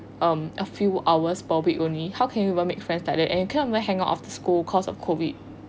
um a few hours probably only how can you even make friends you cannot even hang out after school cause of COVID